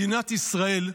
מדינת ישראל,